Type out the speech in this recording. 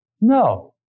No